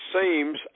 seems